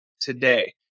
today